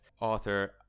author